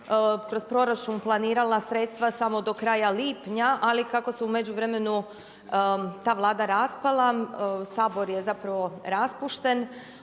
kroz proračuna planirala sredstva samo do kraja lipnja ali kako se u međuvremenu ta Vlada raspala, Sabor je zapravo raspušten